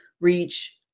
reach